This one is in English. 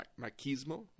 Machismo